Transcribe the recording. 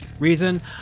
reason